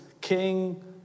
king